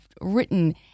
written